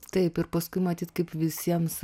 taip ir paskui matyt kaip visiems